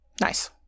Nice